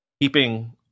keeping